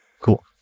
Cool